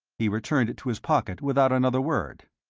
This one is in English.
he returned it to his pocket without another word.